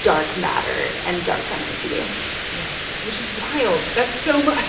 dark matter and dark energy right, which is wild. that's so much.